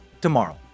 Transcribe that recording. tomorrow